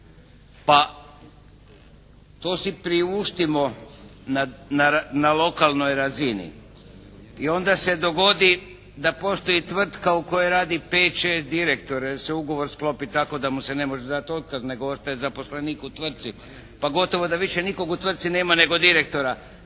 Pa to si priuštimo na lokalnoj razini. I onda se dogodi da postoji tvrtka u kojoj radi 5, 6 direktora, jer se ugovor sklopi tako da mu se ne može dati otkaz nego ostaje zaposlenik u tvrci pa gotovo da više nikog u tvrci nema nego direktora.